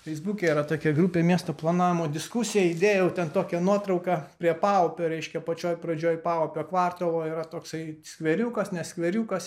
feisbuke yra tokia grupė miesto planavo diskusija įdėjau ten tokią nuotrauką prie paupio reiškia pačioj pradžioj paupio kvartalo yra toksai skveriukas ne skveriukas